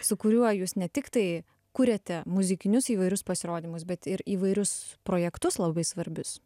su kuriuo jūs ne tiktai kuriate muzikinius įvairius pasirodymus bet ir įvairius projektus labai svarbius